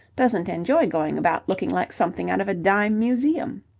doesn't enjoy going about looking like something out of a dime museum.